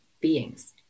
beings